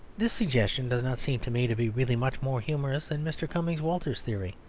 this suggestion does not seem to me to be really much more humorous than mr. cumming walters's theory.